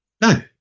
No